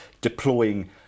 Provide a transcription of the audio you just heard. deploying